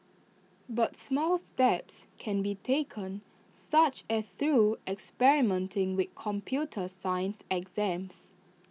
but small steps can be taken such as through experimenting with computer science exams